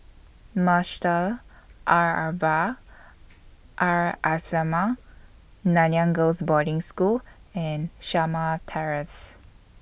Madrasah Al Arabiah Al Islamiah Nanyang Girls' Boarding School and Shamah Terrace